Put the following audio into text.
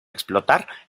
explotar